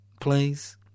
Please